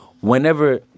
whenever